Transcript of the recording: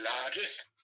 largest